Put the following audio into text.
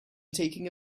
taking